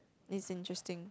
is interesting